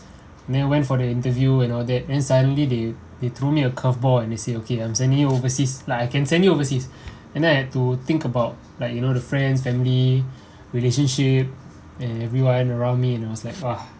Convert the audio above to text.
then I went for the interview and all that then suddenly they they threw me a curve ball and they say okay I'm sending you overseas like I can send you overseas and then I had to think about like you know the friends family relationship and everyone around me and I was like !wah!